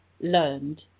learned